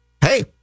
hey